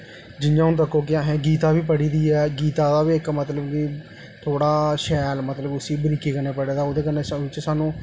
हून जियां तक्को कि असें गीता बी पढ़ी दी ऐ गीता दा बी इक मतलब कि थोह्ड़ा शैल मतलब उसी बरीकी कन्नै पढ़े दा ऐ ओह्दे च सानूं